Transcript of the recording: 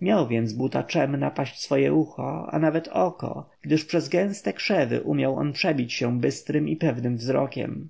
miał więc buta czem napaść swoje ucho a nawet oko gdyż przez gęste krzewy umiał on przebić się bystrym i pewnym wzrokiem